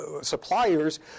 suppliers